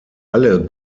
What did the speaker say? alle